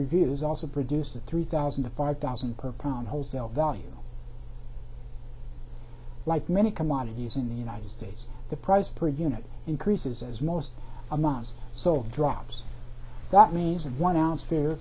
review has also produced a three thousand to five thousand per pound wholesale value like many commodities in the united states the price per unit increases as most a month or so drops that means one ounce f